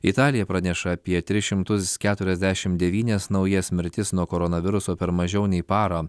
italija praneša apie tris šimtus keturiasdešimt devynias naujas mirtis nuo koronaviruso per mažiau nei parą